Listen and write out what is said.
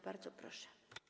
Bardzo proszę.